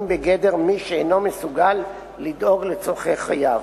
בגדר מי שאינו מסוגל לדאוג לצורכי חייו,